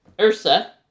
Ursa